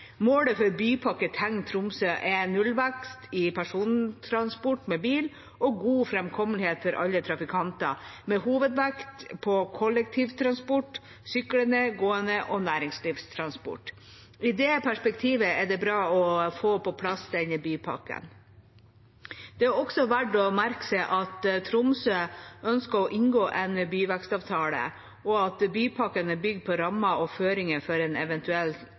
Målet for Bypakke Tenk Tromsø er nullvekst i persontransport med bil og god framkommelighet for alle trafikanter, med hovedvekt på kollektivtransport, syklende, gående og næringslivstransport. I det perspektivet er det bra å få på plass denne bypakken. Det er også verdt å merke seg at Tromsø ønsker å inngå en byvekstavtale, og at bypakken er bygd på rammer og føringer for en eventuell